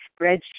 spreadsheet